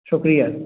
शुक्रिया